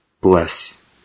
Bless